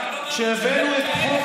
כשהבאנו את חוק